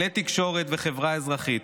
כלי תקשורת וחברה אזרחית,